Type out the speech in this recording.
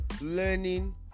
learning